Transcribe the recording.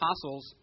apostles